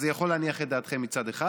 אז זה יכול להניח את דעתכם מצד אחד,